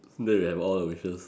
then you have all the wishes